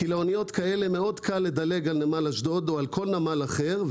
כי לאניות כאלה מאוד קל לדלג על נמל אשדוד או על כל נמל אחר,